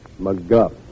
McGuff